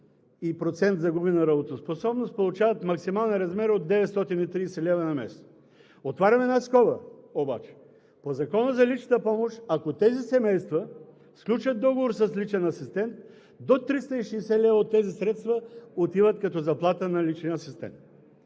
и процент загубена работоспособност, получават максималния размер от 930 лв. на месец. Отварям една скоба обаче – по Закона за личната помощ, ако тези семейства сключат договор с личен асистент, до 360 лв. от тези средства отиват като заплата на личния асистент.